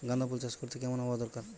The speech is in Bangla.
গাঁদাফুল চাষ করতে কেমন আবহাওয়া দরকার?